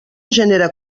genera